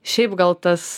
šiaip gal tas